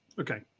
Okay